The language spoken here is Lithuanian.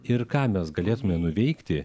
ir ką mes galėtume nuveikti